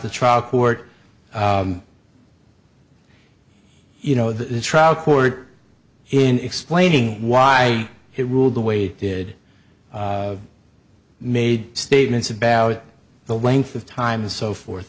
the trial court you know the trial court in explaining why he ruled the way did made statements about the length of time and so forth